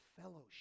fellowship